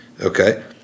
okay